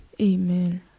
Amen